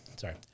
sorry